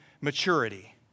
maturity